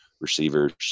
receivers